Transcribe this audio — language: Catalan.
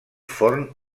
forn